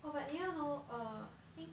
oh but did you know err I think